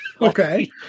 Okay